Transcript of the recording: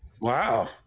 Wow